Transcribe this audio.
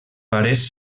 pares